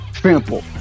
Simple